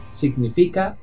significa